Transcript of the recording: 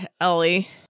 Ellie